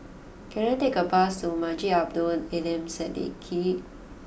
can I take a bus to Masjid Abdul Aleem Siddique